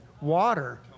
water